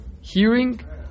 hearing